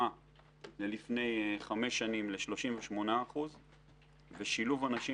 לפני 5 שנים זה היה 38%. שילוב הנשים